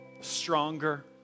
stronger